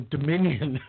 Dominion